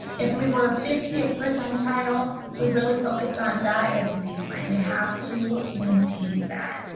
if we were fiftieth percentile, we really focused on that as the baseline. we have to maintain that.